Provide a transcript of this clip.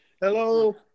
Hello